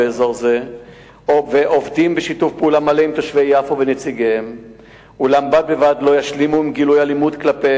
עוד מעט ישב פה שר המשפטים, תעלה את הטענות.